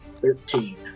thirteen